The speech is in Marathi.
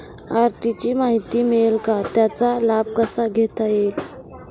आर.डी ची माहिती मिळेल का, त्याचा लाभ कसा घेता येईल?